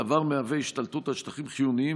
הדבר מהווה השתלטות על שטחים חיוניים